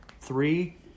Three